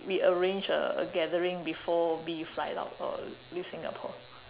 we arrange a a gathering before B fly out uh leave singapore